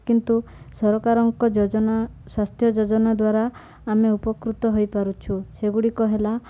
କିନ୍ତୁ ସରକାରଙ୍କ ଯୋଜନା ସ୍ୱାସ୍ଥ୍ୟ ଯୋଜନା ଦ୍ୱାରା ଆମେ ଉପକୃତ ହୋଇପାରୁଛୁ ସେଗୁଡ଼ିକ ହେଲା